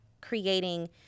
creating